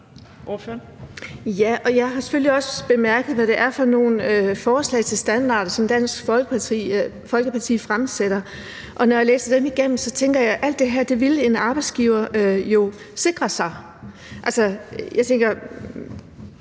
jeg har selvfølgelig også bemærket, hvad det er for nogle forslag til standarder, som Dansk Folkeparti fremsætter, og når jeg læser dem igennem, tænker jeg, at alt det her ville en arbejdsgiver jo sikre sig. Altså, jeg tænker,